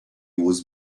was